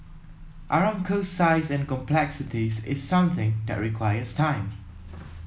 Aramco's size and complexities is something that requires time